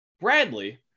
Bradley